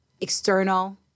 external –